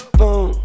boom